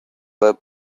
blood